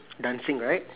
dancing right